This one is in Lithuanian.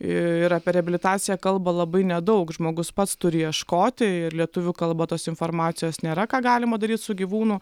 ir apie reabilitaciją kalba labai nedaug žmogus pats turi ieškoti ir lietuvių kalba tos informacijos nėra ką galima daryti su gyvūnu